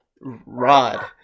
Rod